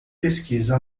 pesquisa